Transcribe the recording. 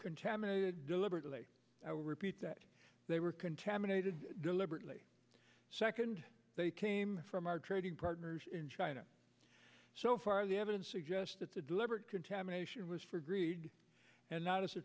contaminated deliberately i will repeat that they were contaminated deliberately second they came from our trading partners in china so far the evidence suggests that the deliberate contamination was for greed and not as a